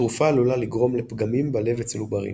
התרופה עלולה לגרום לפגמים בלב אצל עוברים.